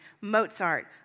Mozart